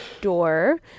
door